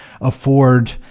afford